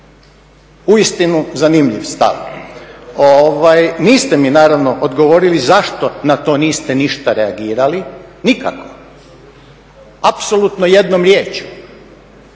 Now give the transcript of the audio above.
Uistinu zanimljiv stav! Niste mi naravno odgovorili zašto na to niste ništa reagirali, nikako, apsolutno jednom riječju.